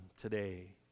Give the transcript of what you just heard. today